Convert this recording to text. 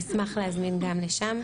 נשמח להזמין גם לשם.